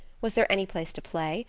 was there any place to play?